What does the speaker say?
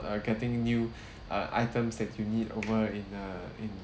err getting new uh items that you need over in err in